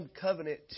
covenant